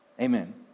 Amen